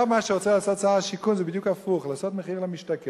מה שרוצה לעשות שר השיכון עכשיו זה בדיוק הפוך: לעשות מחיר למשתכן,